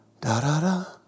Da-da-da